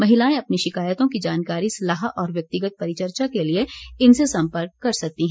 महिलाएं अपनी शिकायतों की जानकारी सलाह और व्यक्तिगत परिचर्चा के लिए इनसे संपर्क कर सकती हैं